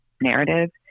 narrative